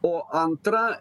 o antra